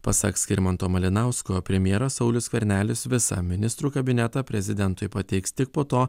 pasak skirmanto malinausko premjeras saulius skvernelis visą ministrų kabinetą prezidentui pateiks tik po to